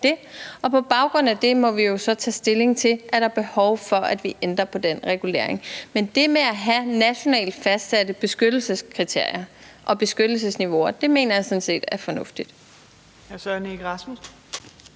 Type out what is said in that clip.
på baggrund af det må vi jo så tage stilling til, om der er behov for, at vi ændrer på den regulering. Men det med at have nationalt fastsatte beskyttelseskriterier og beskyttelsesniveauer mener jeg sådan set er fornuftigt.